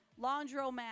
laundromat